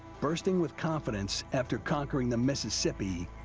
bursting with confidence after conquering the mississippi,